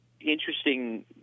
interesting